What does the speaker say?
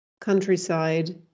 countryside